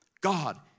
God